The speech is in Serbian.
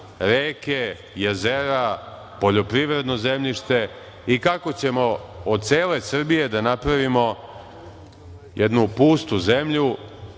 reke, jezera, poljoprivredno zemljište i kako ćemo od cele Srbije da napravimo jednu pustu zemlju